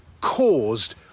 caused